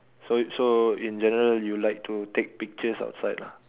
so so in general you like to take pictures outside lah